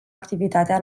activitatea